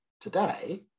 today